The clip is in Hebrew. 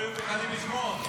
הם לא היו מוכנים לשמוע אותו.